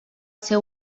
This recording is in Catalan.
ser